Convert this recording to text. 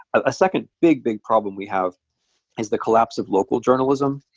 a second big, big problem we have is the collapse of local journalism,